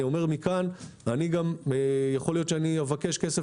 אני אומר מכאן שיכול להיות שאני אבקש כסף